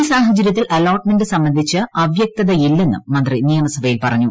ഈ സാഹചര്യത്തിൽ അലോട്ട്മെന്റ് സംബന്ധിച്ച് അവ്യക്തതയില്ലെന്നും മന്ത്രി നിയമസഭയിൽ പറഞ്ഞു